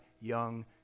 young